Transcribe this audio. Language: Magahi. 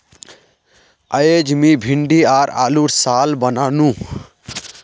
अयेज मी भिंडी आर आलूर सालं बनानु